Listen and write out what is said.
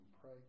pray